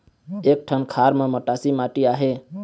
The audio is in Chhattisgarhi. एक ठन खार म मटासी माटी आहे?